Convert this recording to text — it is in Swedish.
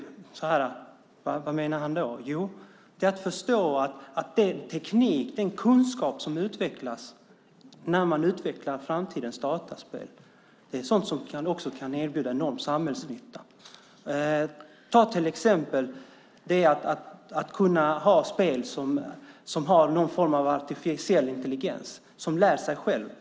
Vad menar han då? Han menar att den teknik och den kunskap som uppnås när man utvecklar framtidens dataspel är sådant som också kan erbjuda enorm samhällsnytta. Ta till exempel spel som har någon form av artificiell intelligens, som lär sig själva.